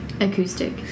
Acoustic